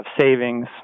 savings